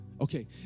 Okay